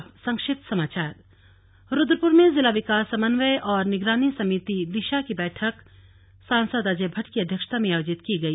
अब संक्षिप्त समाचार रुद्रपुर में जिला विकास समन्वय और निगरानी समिति षदेशा ष्की बैठक सांसद अजय भट्ट की अध्यक्षता में आयोजित की गई